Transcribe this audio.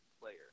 player